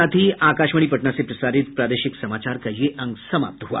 इसके साथ ही आकाशवाणी पटना से प्रसारित प्रादेशिक समाचार का ये अंक समाप्त हुआ